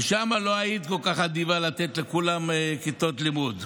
ושם לא היית אדיבה כל כך לתת לכולם כיתות לימוד.